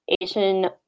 Asian